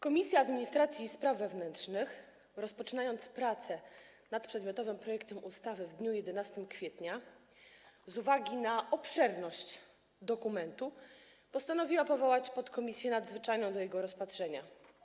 Komisja Administracji i Spraw Wewnętrznych, rozpoczynając prace nad przedmiotowym projektem ustawy w dniu 11 kwietnia, z uwagi na obszerność dokumentu postanowiła powołać podkomisję nadzwyczajną do jego rozpatrzenia.